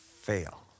Fail